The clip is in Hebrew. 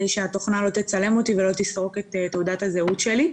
שהתוכנה לא תצלם אותי ולא תסרוק את תעודת הזהות שלי.